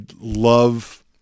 love